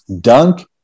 dunk